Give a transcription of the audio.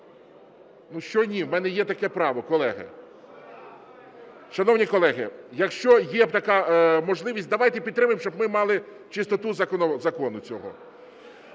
Що ні, в мене є таке право, колеги. Шановні колеги, якщо є така можливість, давайте підтримаємо, щоб ми мали чистоту закону цього.